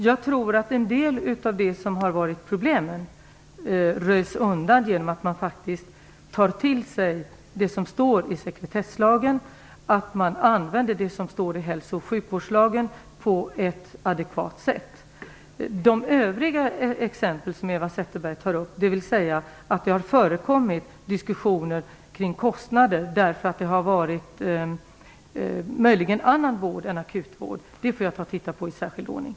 Fru talman! En del av problemen röjs undan genom att man tar till sig det som står i sekretesslagen och genom att man använder det som står i hälso och sjukvårdslagen på ett adekvat sätt. De övriga exempel som Eva Zetterberg tar upp där det har förekommit diskussioner kring kostnader när det har gällt annan vård än akutvård får jag titta på i särskild ordning.